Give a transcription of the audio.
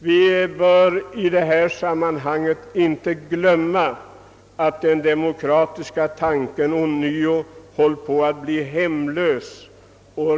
Vi bör i detta sammanhang inte glömma att den demokratiska tanken ånyo håller på att bli hemlös.